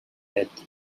death